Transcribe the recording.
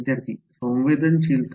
विद्यार्थीः संवेदनशीलता